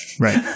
Right